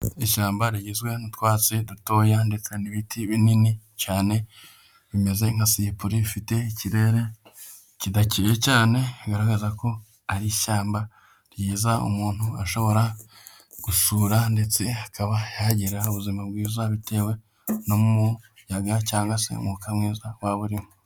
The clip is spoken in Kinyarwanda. Ishyamba rigizwe n'utwatsi dutoya ndetse n'ibiti binini cyane, bimeze nka sipure, rifite ikirere kidakeye cyane, bigaragaza ko ari ishyamba ryiza umuntu ashobora gusura, ndetse akaba yagira ubuzima bwiza bitewe n'umuyaga cyangwa se umwuka mwiza waba urimo.